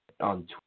on